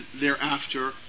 thereafter